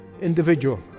individual